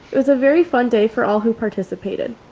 it was a very fun day for all who participated.